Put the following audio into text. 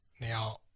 Now